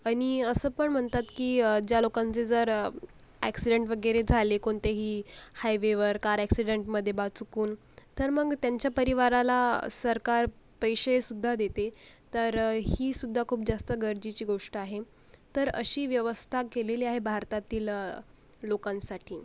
आणि असं पण म्हणतात की ज्या लोकांचे जर ॲक्सिडंट वगैरे झाले कोणतेही हायवेवर कार ॲक्सिडंटमध्ये बा चुकून तर मग त्यांच्या परिवाराला सरकार पैसेसुद्धा देते तर ही सुद्धा खूप जास्त गरजेची गोष्ट आहे तर अशी व्यवस्था केलेली आहे भारतातील लोकांसाठी